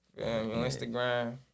Instagram